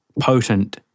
potent